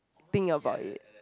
think about it